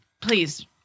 Please